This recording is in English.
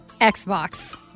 Xbox